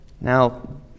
Now